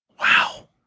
Wow